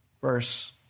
Verse